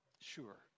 sure